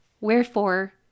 Wherefore